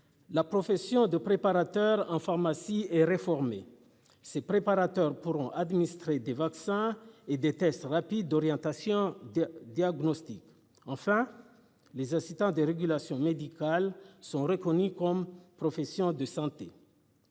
La profession de préparateur en pharmacie et réformer ses préparateurs pourront administrer des vaccins et des tests rapides d'orientation diagnostique. Enfin les assistants de régulation médicale sont reconnus comme profession de santé.